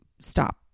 stop